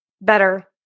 better